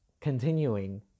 continuing